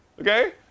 okay